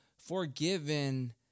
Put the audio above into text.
forgiven